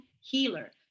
healer